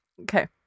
Okay